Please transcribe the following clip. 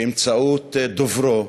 באמצעות דוברו,